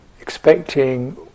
expecting